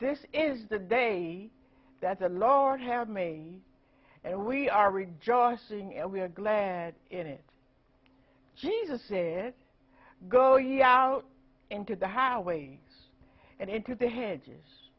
this is the day that the lord help me and we are rejoicing and we are glad in it jesus said go ye out into the highway and into the hedge is